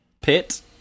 pit